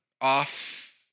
off